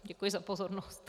Děkuji za pozornost.